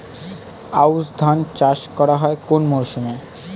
আউশ ধান চাষ করা হয় কোন মরশুমে?